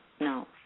no